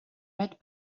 red